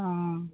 অঁ